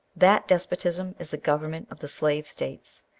that despotism is the government of the slave states,